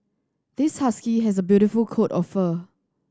this husky has a beautiful coat of fur